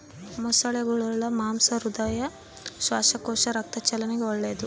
ಮೊಸಳೆಗುಳ ಮಾಂಸ ಹೃದಯ, ಶ್ವಾಸಕೋಶ, ರಕ್ತ ಚಲನೆಗೆ ಒಳ್ಳೆದು